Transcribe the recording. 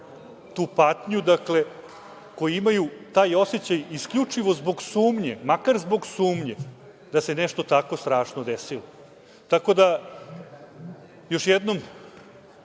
tu patnju, koji imaju taj osećaj isključivo zbog sumnje, makar zbog sumnje, da se nešto tako strašno desilo. Još jednom